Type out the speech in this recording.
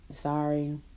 Sorry